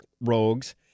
rogues